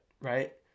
right